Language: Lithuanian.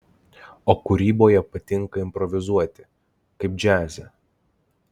o kūryboje patinka improvizuoti kaip džiaze